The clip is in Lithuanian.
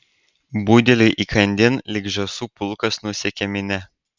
budeliui įkandin lyg žąsų pulkas nusekė minia